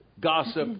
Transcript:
gossip